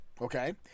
okay